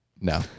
no